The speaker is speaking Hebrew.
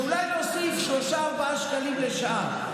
זה אולי להוסיף שלושה-ארבעה שקלים לשעה.